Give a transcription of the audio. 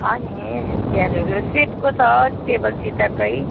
छ नि चियरहरू सेटको त टेबलसितकै